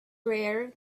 rare